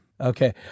Okay